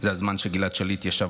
זה הזמן שגלעד שליט ישב